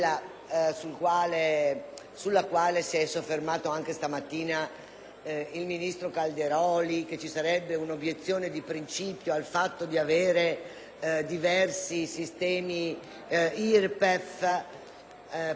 il ministro Calderoli, ossia che ci sarebbe un'obiezione di principio al fatto di avere diversi sistemi IRPEF, perché, com'è stato ricordato, già con l'addizionale funziona così.